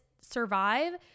survive